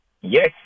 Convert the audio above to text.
Yes